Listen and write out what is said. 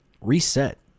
Reset